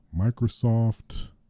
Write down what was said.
Microsoft